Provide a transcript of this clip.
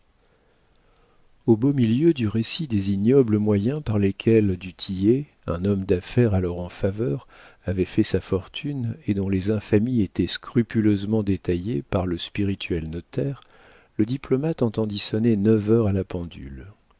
au beau milieu du récit des ignobles moyens par lesquels du tillet un homme d'affaires alors en faveur avait fait sa fortune et dont les infamies étaient scrupuleusement détaillées par le spirituel notaire le diplomate entendit sonner neuf heures à la pendule